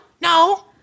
no